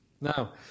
Now